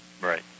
right